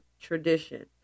tradition